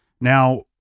Now